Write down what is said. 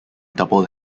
double